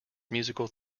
musical